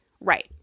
Right